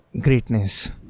greatness